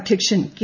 അധ്യക്ഷൻ കെ